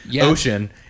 ocean